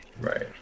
Right